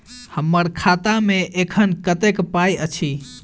हम्मर खाता मे एखन कतेक पाई अछि?